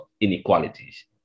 inequalities